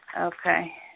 Okay